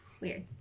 Weird